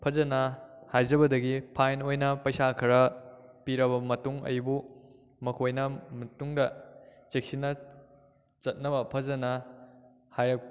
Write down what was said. ꯐꯖꯅ ꯍꯥꯏꯖꯕꯗꯒꯤ ꯐꯥꯏꯟ ꯑꯣꯏꯅ ꯄꯩꯁꯥ ꯈꯔ ꯄꯤꯔꯕ ꯃꯇꯨꯡ ꯑꯩꯕꯨ ꯃꯈꯣꯏꯅ ꯃꯇꯨꯡꯗ ꯆꯦꯛꯁꯤꯟꯅ ꯆꯠꯅꯕ ꯐꯖꯅ ꯍꯥꯏꯔꯛ